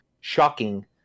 shocking